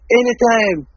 anytime